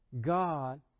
God